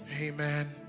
amen